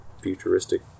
futuristic